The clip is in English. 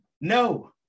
no